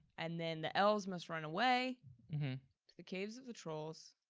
and then the elves must run away to the caves of the trolls.